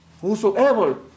whosoever